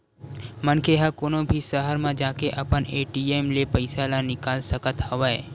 मनखे ह कोनो भी सहर म जाके अपन ए.टी.एम ले पइसा ल निकाल सकत हवय